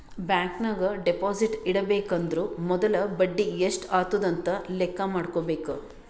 bank ನಾಗ್ deposit ಇಡಬೇಕ ಅಂದುರ್ ಮೊದುಲ ಬಡಿ ಎಸ್ಟ್ ಆತುದ್ ಅಂತ್ ಲೆಕ್ಕಾ ಮಾಡ್ಕೋಬೇಕ